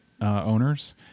owners